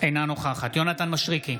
אינה נוכחת יונתן מישרקי,